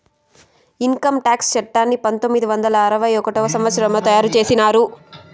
income tax చట్టాన్ని పంతొమ్మిది వందల అరవై ఒకటవ సంవచ్చరంలో తయారు చేసినారు